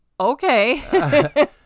okay